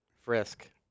Frisk